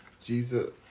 jesus